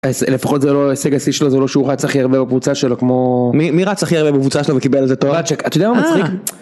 לפחות זה לא הישג השלישי שלו זה לא שהוא רץ הכי הרבה בקבוצה שלו כמו מי רץ הכי הרבה בקבוצה שלו וקיבל את זה אתה יודע מה מצחיק.